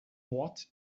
mord